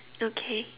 okay